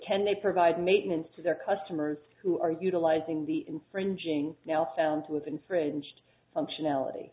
can they provide maintenance to their customers who are utilizing the infringing now found with infringed functionality